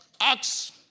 Acts